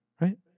right